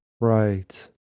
right